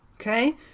okay